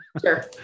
sure